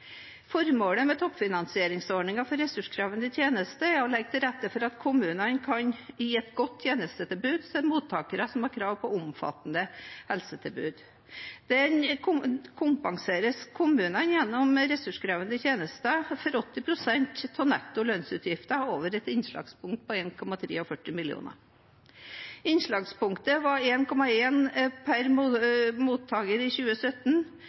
Formålet med toppfinansieringsordningen for ressurskrevende tjenester er å legge til rette for at kommunene kan gi et godt tjenestetilbud til mottakere som har krav på et omfattende helsetilbud. Den kompenserer kommuner med ressurskrevende tjenester for 80 pst. av netto lønnsutgifter over et innslagspunkt på 1,43 mill. kr per mottaker i 2021. Innslagspunktet var 1,157 mill. kr per mottaker i 2017 og 975 000 kr per mottaker i